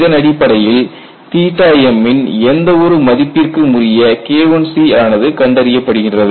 இதனடிப்படையில் m ன் எந்த ஒரு மதிப்பிற்கும் உரிய K1C ஆனது கண்டறியப்படுகிறது